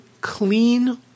clean